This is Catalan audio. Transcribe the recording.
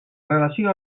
relació